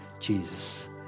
Jesus